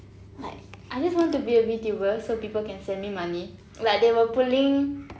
like I just want to be a VTuber so people can send me money like they were pulling